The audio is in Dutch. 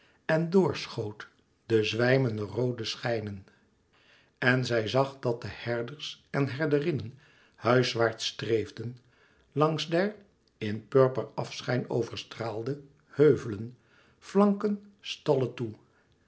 en dor schoot de zwijmende roode schijnen en zij zag dat de herders en herderinnen huiswaarts streefden langs der in purper afschijn overstraalde heuvelen flanken stalle toe